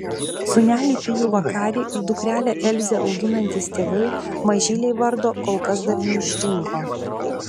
sūnelį pijų vakarį ir dukrelę elzę auginantys tėvai mažylei vardo kol kas dar neišrinko